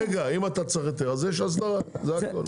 רגע, אם אתה צריך היתר, אז יש הסדרה, זה הכול.